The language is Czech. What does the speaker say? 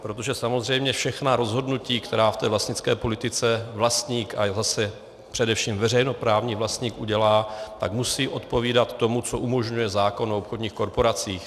Protože samozřejmě všechna rozhodnutí, která v té vlastnické politice vlastník a zase především veřejnoprávní vlastník udělá, tak musí odpovídat tomu, co umožňuje zákon o obchodních korporacích.